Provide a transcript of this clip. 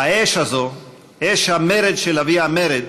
האש הזאת, אש המרד של "אבי הַמרד",